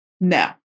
No